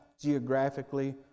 geographically